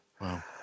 Wow